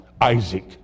Isaac